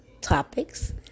topics